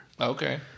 Okay